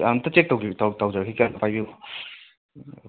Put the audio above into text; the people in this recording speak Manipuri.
ꯑꯝꯇ ꯆꯦꯛ ꯇꯧꯖꯔꯛꯈꯤꯒꯦ ꯑꯝꯇ ꯄꯥꯏꯕꯤꯌꯣ